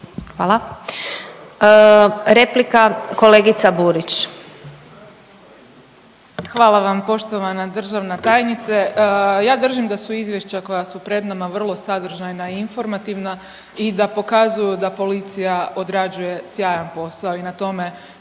Hvala. Replika kolegica Burić. **Burić, Majda (HDZ)** Hvala vam poštovana državna tajnice. Ja držim da su izvješća koja su pred nama vrlo sadržajna i informativna i da pokazuju da policija odrađuje sjajan posao i na tome